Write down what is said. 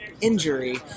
injury